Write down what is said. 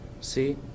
See